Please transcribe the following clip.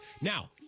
Now